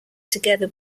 together